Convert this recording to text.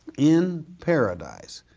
in paradise,